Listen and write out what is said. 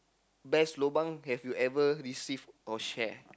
best lobang have you ever received or share